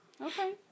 Okay